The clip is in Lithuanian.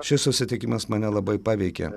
šis susitikimas mane labai paveikė